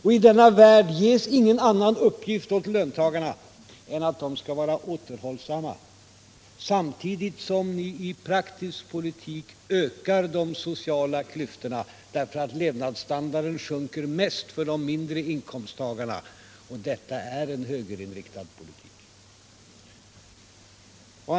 Och i denna värld ges ingen annan uppgift åt löntagarna än att vara återhållsamma, samtidigt som ni i praktisk politik ökar de sociala klyftorna genom att levnadsstandarden sjunker mest för de lägre inkomsttagarna, och det är en högerinriktad politik.